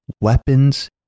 weapons